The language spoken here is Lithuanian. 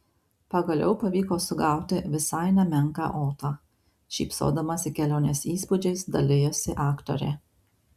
pagaliau pavyko sugauti visai nemenką otą šypsodamasi kelionės įspūdžiais dalijosi aktorė